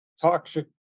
toxic